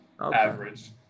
Average